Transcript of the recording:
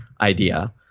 idea